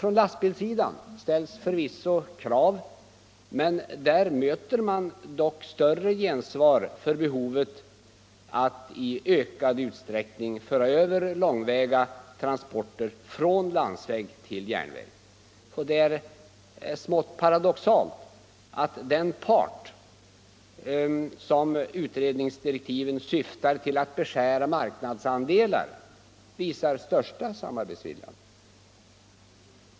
Från lastbilssidan ställs förvisso krav, men där möter man dock större gensvar för behovet att i ökad utsträckning föra över långväga transporter från landsväg till järnväg. Det är smått paradoxalt att den part vars marknadsandelar utredningsdirektiven syftar till att beskära visar största samarbetsviljan.